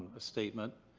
a statement,